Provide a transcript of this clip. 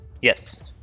Yes